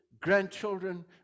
grandchildren